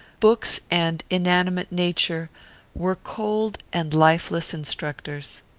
books and inanimate nature were cold and lifeless instructors.